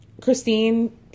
Christine